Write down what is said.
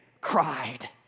cried